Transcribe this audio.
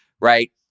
right